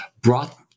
brought